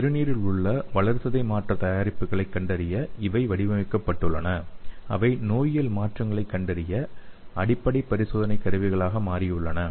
சிறுநீரில் உள்ள வளர்சிதை மாற்ற தயாரிப்புகளை கண்டறிய இவை வடிவமைக்கப்பட்டுள்ளது அவை நோயியல் மாற்றங்களைக் கண்டறிய அடிப்படை பரிசோதனைக் கருவிகளாக மாறியுள்ளன